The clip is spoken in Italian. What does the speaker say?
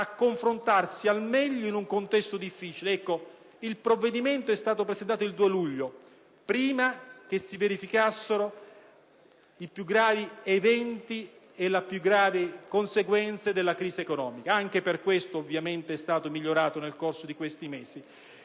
confrontarsi al meglio in un contesto difficile. Il provvedimento è stato presentato il 2 luglio, prima che si verificassero i più gravi eventi e le più pesanti conseguenze della crisi economica ed anche per questo è stato migliorato nel corso degli ultimi mesi.